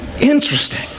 interesting